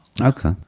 Okay